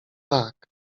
tak